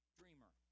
dreamer